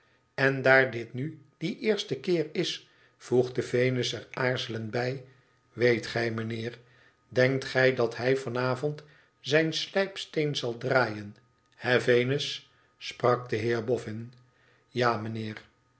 n daar dit nu die eerste keer is voegde venus er aarzelend bij weet gij mijnheer denktgijdat hij van avond zijn slijpsteen zal draaien hé venus sprak de heer bofün ja mijnheer